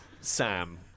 sam